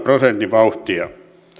prosentin vauhtia